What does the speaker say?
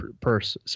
Purse